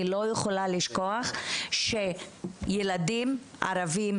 אני לא יכולה לשכוח שילדים ערבים,